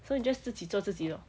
so you just 自己做自己 lor